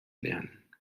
lernen